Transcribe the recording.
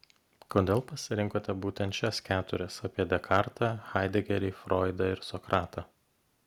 kodėl pasirinkote būtent šias keturias apie dekartą haidegerį froidą ir sokratą